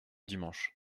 dimanche